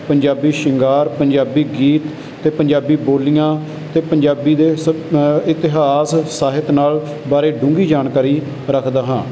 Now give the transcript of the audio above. ਪੰਜਾਬੀ ਸ਼ਿੰਗਾਰ ਪੰਜਾਬੀ ਗੀਤ ਅਤੇ ਪੰਜਾਬੀ ਬੋਲੀਆਂ ਅਤੇ ਪੰਜਾਬੀ ਦੇ ਸ ਇਤਿਹਾਸ ਸਾਹਿਤ ਨਾਲ ਬਾਰੇ ਡੂੰਘੀ ਜਾਣਕਾਰੀ ਰੱਖਦਾ ਹਾਂ